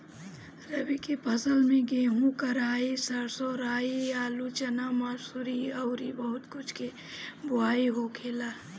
रबी के फसल में गेंहू, कराई, सरसों, राई, आलू, चना, मसूरी अउरी बहुत कुछ के बोआई होखेला